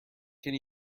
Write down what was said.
can